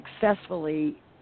successfully